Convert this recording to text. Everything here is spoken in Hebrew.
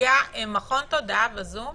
ביקרתי בג'ון